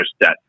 debt